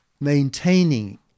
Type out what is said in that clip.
maintaining